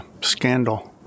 scandal